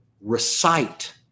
recite